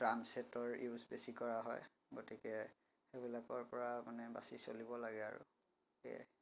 ড্ৰামচেটৰ use বেছি কৰা হয় গতিকে এইবিলাকৰ পৰা মানে বাছি চলিব লাগে আৰু সেয়াই